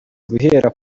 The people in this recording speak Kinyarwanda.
guhera